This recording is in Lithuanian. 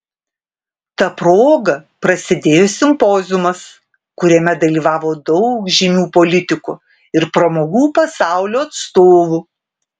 ta proga prasidėjo simpoziumas kuriame dalyvavo daug žymių politikų ir pramogų pasaulio atstovų